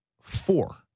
four